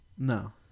No